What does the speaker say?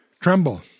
tremble